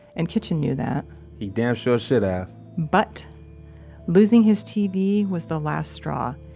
and kitchen knew that he damn sure should have but losing his tv was the last straw.